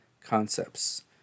concepts